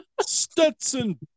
Stetson